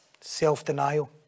self-denial